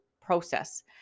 process